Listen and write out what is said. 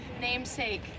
namesake